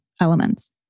elements